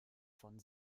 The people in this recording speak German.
von